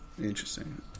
Interesting